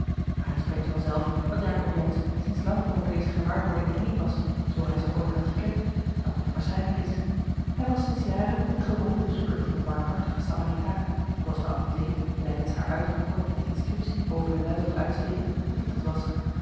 maar het spreekt vanzelf dat jakob jansz sinds lang over deze gewaarwordingen heen was zoo hij ze ooit had gekend dat niet waarschijnlijk is hij was sinds jaren de gewone bezoeker van den barmhartige samaritaan zooals de apotheek blijkens haar uithangbord met inscriptie boven den luifel uitstekend betiteld was